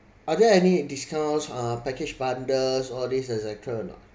are there any discounts uh package bundles all these et cetera or not